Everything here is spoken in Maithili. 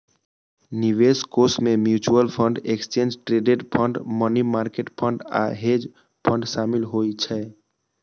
निवेश कोष मे mutual fund, exchange traded fund, money market fund आ हेज फंड शामिल होइ छै